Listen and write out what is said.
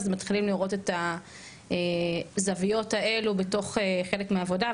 מתחילים לראות את הזוויות האלה בתוך חלק מהעבודה,